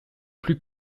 plus